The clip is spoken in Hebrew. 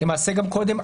למעשה גם קודם,